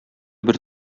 бер